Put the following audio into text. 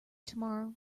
tomorrow